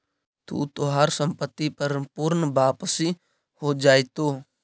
तू तोहार संपत्ति पर पूर्ण वापसी हो जाएतो